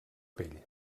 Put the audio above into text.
pell